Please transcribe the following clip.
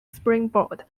springboard